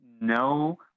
no